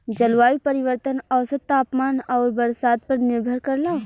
जलवायु परिवर्तन औसत तापमान आउर बरसात पर निर्भर करला